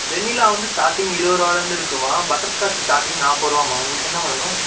vanilla வந்து starting இருபது ரூபாலந்து இருக்கும்மா பட்டர்ஸ்காட்சி ஸ்டார்டிங் நாற்பது ரூபாம்மா உங்களுக்கு என்னாம்மா வேணும்